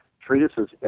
treatises